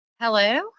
Hello